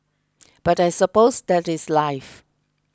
but I suppose that is life